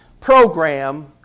program